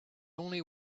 only